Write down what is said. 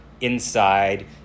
inside